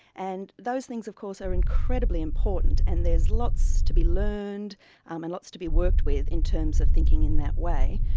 and those things of course are incredibly important and there's lots to be learned um and lots to be worked with in terms of thinking in that way.